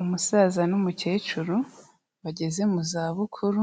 Umusaza n'umukecuru bageze mu zabukuru